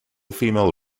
female